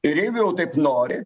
ir jeigu jau taip nori